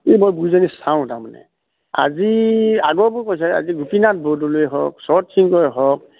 এই মই বুজি চাওঁ তাৰমানে আজি আগৰবোৰ কৈছে আজি গোপীনাথ বৰদলৈ হওক শৰৎ সিংগই হওক